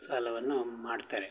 ಸಾಲವನ್ನು ಮಾಡ್ತಾರೆ